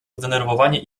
zdenerwowanie